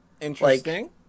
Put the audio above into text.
interesting